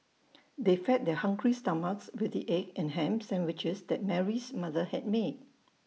they fed their hungry stomachs with the egg and Ham Sandwiches that Mary's mother had made